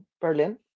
Berlin